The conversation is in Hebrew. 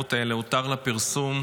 המצמררות האלה, "הותר לפרסום",